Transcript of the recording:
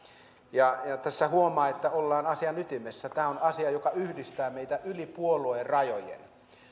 tässä huomaa että ollaan asian ytimessä tämä on asia joka yhdistää meitä yli puoluerajojen